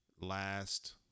last